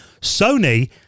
Sony